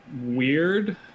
weird